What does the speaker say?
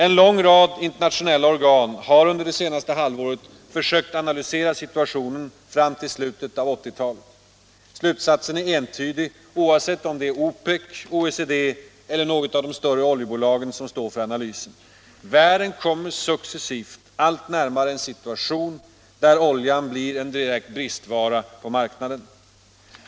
En lång rad internationella organ har under det senaste halvåret försökt analysera situationen fram till slutet av 1980-talet. Slutsatsen är entydig, oavsett om det är OPEC, OECD eller något av de större oljeblagen som står för analysen: Världen kommer successivt allt närmare en situation där oljan blir en direkt bristvara på marknaden.